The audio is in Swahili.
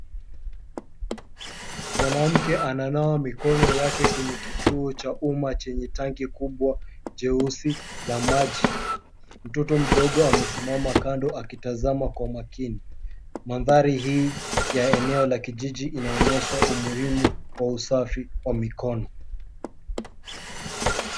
Mwanamke ananawa mikono yake kwenye kituo cha umma chenye tanki kubwa jeusi la maji. Mtoto mdogo amesimama kando akitazama kwa makini. Mandhari hii ya eneo la kijiji inaonyesha umuhimu wa usafi wa mikono.